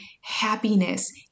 happiness